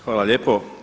Hvala lijepo.